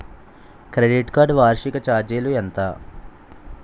Credit card వార్షిక ఛార్జీలు ఎంత?